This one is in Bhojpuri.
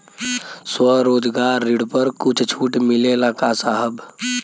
स्वरोजगार ऋण पर कुछ छूट मिलेला का साहब?